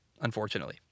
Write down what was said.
unfortunately